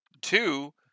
two